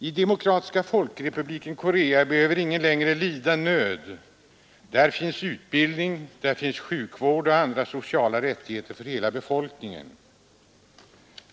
I Demokratiska folkrepubliken Korea behöver ingen längre lida nöd. Där finns utbildning, där finns sjukvård och andra sociala rättigheter för hela befolkningen.